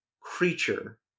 creature